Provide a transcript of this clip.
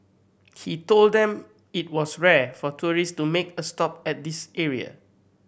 he told them that it was rare for tourists to make a stop at this area